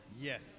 Yes